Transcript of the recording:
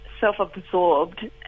self-absorbed